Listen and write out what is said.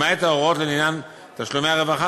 למעט ההוראות לעניין תשלומי הרווחה,